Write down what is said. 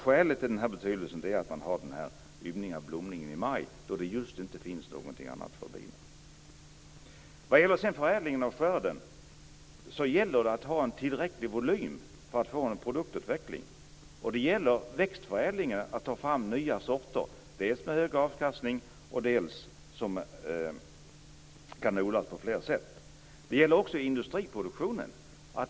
Skälet till denna betydelse är den ymniga blomningen i maj, då det inte finns just någonting annat för bina. När det sedan gäller förädlingen av skörden gäller det att ha tillräcklig volym för att få en produktutveckling, och det gäller för växtförädlingen att ta fram nya sorter: dels sådana med hög avkastning, dels sådana som kan odlas på flera sätt.